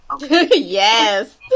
yes